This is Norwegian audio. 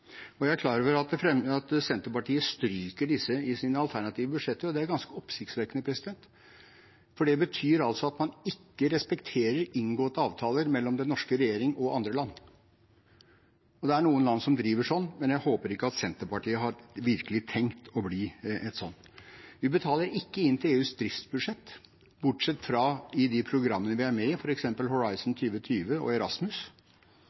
ganske oppsiktsvekkende, for det betyr at man ikke respekterer inngåtte avtaler mellom den norske regjering og andre land. Det er noen land som driver sånn, men jeg håper ikke at Senterpartiet virkelig har tenkt å bli sånn. Vi betaler ikke inn til EUs driftsbudsjett, bortsett fra til de programmene vi er med i, f.eks. Horizon 2020 og Erasmus.